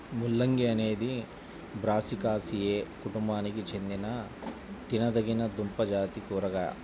ముల్లంగి అనేది బ్రాసికాసియే కుటుంబానికి చెందిన తినదగిన దుంపజాతి కూరగాయ